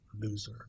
loser